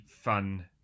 fun